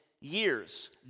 years